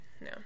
No